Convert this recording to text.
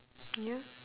ya